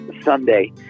Sunday